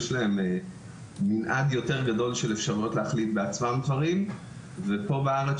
יש להם מנעד יותר גדול של אפשרויות להחליט בעצמם דברים ופה בארץ,